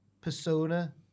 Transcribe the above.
persona